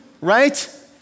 right